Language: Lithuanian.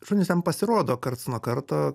šūnys ten pasirodo karts nuo karto